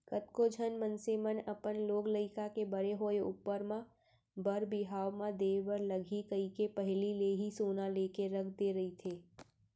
कतको झन मनसे मन अपन लोग लइका के बड़े होय ऊपर म बर बिहाव म देय बर लगही कहिके पहिली ले ही सोना लेके रख दे रहिथे